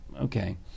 okay